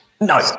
No